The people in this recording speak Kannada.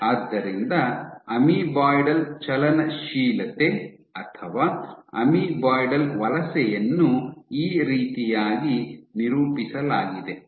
ಆದ್ದರಿಂದ ಅಮೀಬಾಯ್ಡಲ್ ಚಲನಶೀಲತೆ ಅಥವಾ ಅಮೀಬಾಯ್ಡಲ್ ವಲಸೆಯನ್ನು ಈ ರೀತಿಯಾಗಿ ನಿರೂಪಿಸಲಾಗಿದೆ